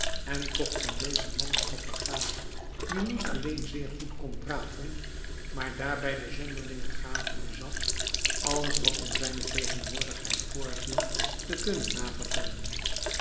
en kocht van dezen een papegaai die niet alleen zeer goed kon praten maar daarbij de zonderlinge gave bezat alles wat in zijne tegenwoordigheid voorviel te kunnen navertellen